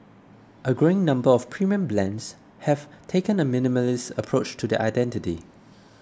a growing number of premium brands have taken a minimalist approach to their identity